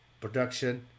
production